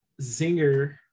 zinger